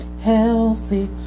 healthy